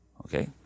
Okay